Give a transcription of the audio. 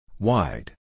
Wide